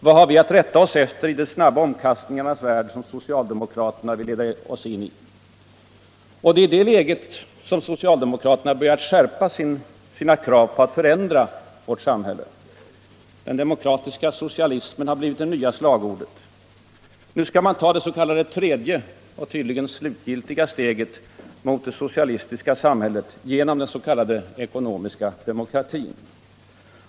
Vad har vi att rätta oss efter i den de snabba omkastningarnas värld som socialdemokraterna vill leda oss in i? Det är i det läget som socialdemokraterna börjat skärpa sina krav på att förändra vårt samhälle. Den demokratiska socialismen har blivit det nya slagordet. Nu skall man ta det s.k. tredje — och tydligen slutgiltiga —- steget mot det socialistiska samhället genom den s.k. ekonomiska demokratin.